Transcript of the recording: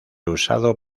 usado